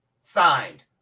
signed